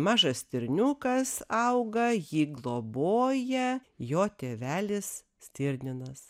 mažas stirniukas auga jį globoja jo tėvelis stirninas